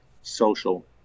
social